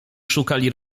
szukali